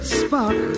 spark